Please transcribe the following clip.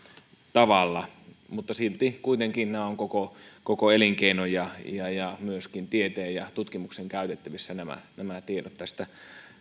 tavalla silti nämä tiedot ovat koko koko elinkeinon ja ja myöskin tieteen ja tutkimuksen käytettävissä ja tästä